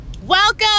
Welcome